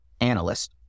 analyst